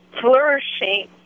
flourishing